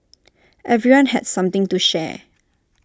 everyone had something to share